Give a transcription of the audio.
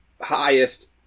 highest